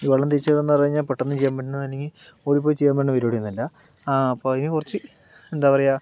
ഈ വെള്ളം തിരിച്ച് വിടണമെന്ന് പറഞ്ഞു കഴിഞ്ഞാൽ പെട്ടന്ന് ചെയ്യാൻ പറ്റുന്ന അല്ലെങ്കിൽ ഓടിപ്പോയി ചെയ്യാൻ പറ്റണ പരിപാടിയൊന്നും അല്ല ആ അപ്പോൾ അതിന് കുറച്ച് എന്താ പറയുക